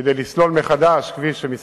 מה ייעשה כדי להרחיב לאלתר את הכביש העמוס,